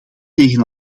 tegen